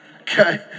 Okay